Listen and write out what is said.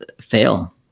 fail